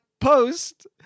Post